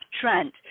trend